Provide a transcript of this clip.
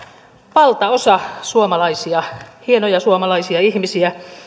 valtaosa suomalaisista hienoja suomalaisia ihmisiä